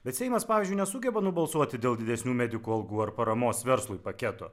bet seimas pavyzdžiui nesugeba nubalsuoti dėl didesnių medikų algų ar paramos verslui paketo